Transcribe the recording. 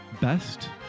Best